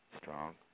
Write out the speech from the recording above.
strong